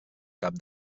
cap